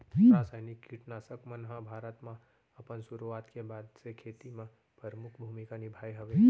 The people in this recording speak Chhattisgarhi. रासायनिक किट नाशक मन हा भारत मा अपन सुरुवात के बाद से खेती मा परमुख भूमिका निभाए हवे